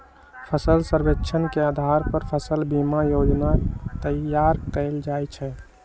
फसल सर्वेक्षण के अधार पर फसल बीमा जोजना तइयार कएल जाइ छइ